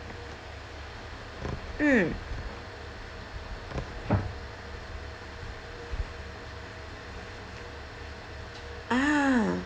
mm ah